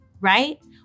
right